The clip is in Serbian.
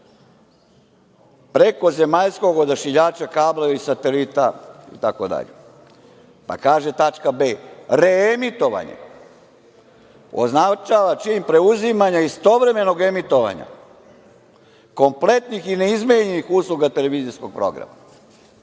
preko zemaljskog odašiljača, kabla ili satelita itd. Pa, kaže, tačka b) - reemitovanje označava čim preuzimanja istovremenog emitovanja, kompletnih i neizmenjenih usluga televizijskog programa. Znači,